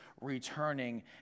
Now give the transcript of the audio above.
returning